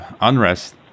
unrest